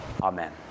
Amen